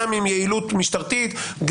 גם עם יעילות משטרתית,